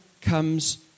comes